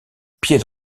pied